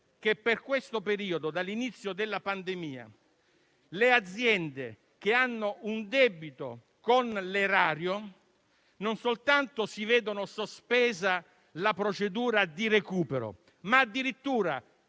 che per questo periodo, dall'inizio della pandemia, le aziende che hanno un debito con l'erario non soltanto si vedono sospesa la procedura di recupero, ma addirittura,